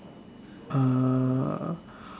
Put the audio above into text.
uh